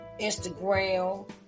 Instagram